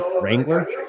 Wrangler